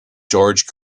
george